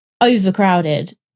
overcrowded